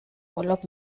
urlaub